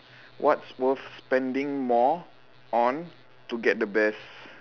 what's worth spending more on to get the best